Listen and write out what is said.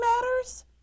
Matters